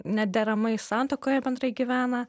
nederamai santuokoje bendrai gyvena